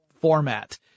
format